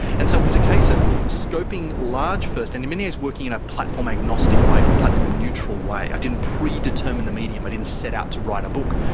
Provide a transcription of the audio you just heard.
and so it was a case of scoping large first and in many ways working in a platform agnostic way or a platform neutral way. i didn't predetermine the medium, i didn't set out to write a book,